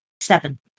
seven